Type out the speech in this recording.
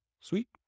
Sweet